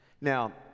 Now